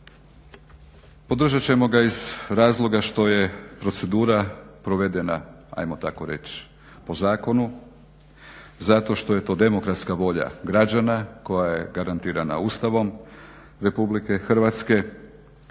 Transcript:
Podržat ćemo ga iz razloga što je procedura provedena hajmo tako reć po zakonu, zato što je to demokratska volja građana koja je garantirana Ustavom Republike Hrvatske